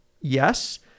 Yes